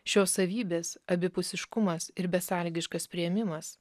šios savybės abipusiškumas ir besąlygiškas priėmimas